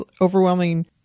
overwhelming